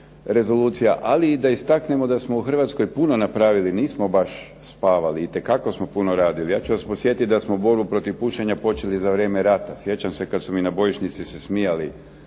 rezolucija, ali i da istaknemo da smo u Hrvatskoj puno napravili, nismo baš spavali. Itekako smo puno radili. Ja ću vas podsjetiti da smo borbu protiv pušenja počeli za vrijeme rata. Sjećam se kad su mi na bojišnici se smijali